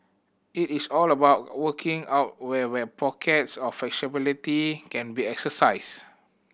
it is all about working out where where pockets of flexibility can be exercise